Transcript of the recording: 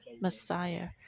Messiah